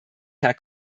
herr